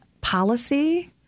policy